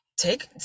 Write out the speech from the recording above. take